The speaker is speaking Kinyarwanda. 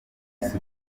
soudy